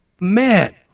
Man